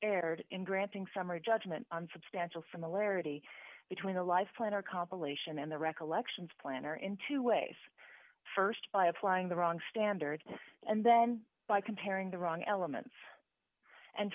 erred in granting summary judgment on substantial similarity between a life plan or compilation and the recollections planner in two ways st by applying the wrong standard and then by comparing the wrong elements and